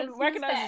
recognize